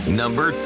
number